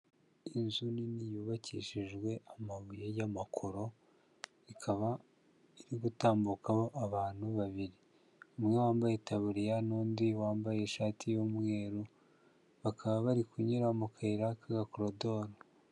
Inzu nini yubakishijwe amabuye y'amakoro, ikaba iri gutambukamo abantu babiri. Umwe wambaye itaburiya n'undi wambaye ishati y'umweru, bakaba bari kunyura mu kayira k'agakorodoro.